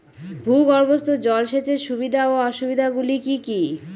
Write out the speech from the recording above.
ভূগর্ভস্থ জল সেচের সুবিধা ও অসুবিধা গুলি কি কি?